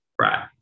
right